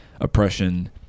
oppression